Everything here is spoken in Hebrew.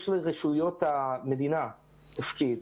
יש לרשויות המדינה תפקיד.